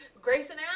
Grayson